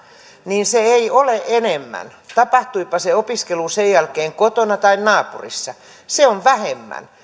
niin se ei ole enemmän tapahtuipa se opiskelu sen jälkeen kotona tai naapurissa se on vähemmän